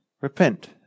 Repent